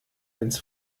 ins